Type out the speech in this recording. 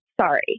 sorry